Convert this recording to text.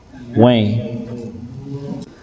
Wayne